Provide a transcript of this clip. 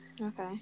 Okay